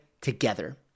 together